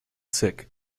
sick